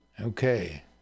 Okay